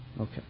Okay